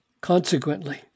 Consequently